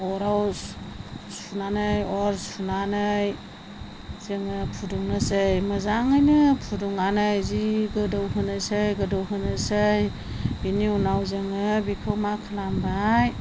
अराव सुनानै अर सुनानै जोङो फुदुंनोसै मोजाङैनो फुदुंनानै जि गोदौ होनोसै गोदौ होनोसै बेनि उनाव जोङो बेखौ मा खालामबाय